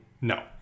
no